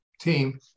team